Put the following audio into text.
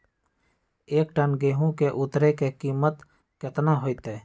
एक टन गेंहू के उतरे के कीमत कितना होतई?